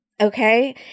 okay